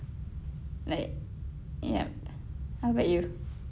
like yup how about you